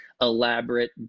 elaborate